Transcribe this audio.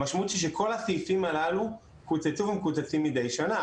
המשמעות היא שכל הסעיפים הללו קוצצו ומקוצצים מידי שנה.